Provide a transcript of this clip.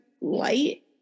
light